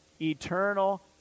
eternal